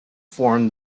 form